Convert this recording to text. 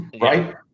right